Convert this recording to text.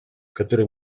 которое